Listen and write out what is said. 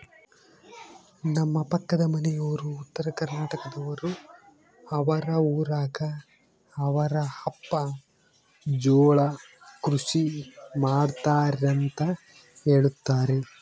ನಮ್ಮ ಪಕ್ಕದ ಮನೆಯವರು ಉತ್ತರಕರ್ನಾಟಕದವರು, ಅವರ ಊರಗ ಅವರ ಅಪ್ಪ ಜೋಳ ಕೃಷಿ ಮಾಡ್ತಾರೆಂತ ಹೇಳುತ್ತಾರೆ